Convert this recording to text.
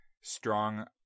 strong